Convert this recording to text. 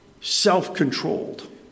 self-controlled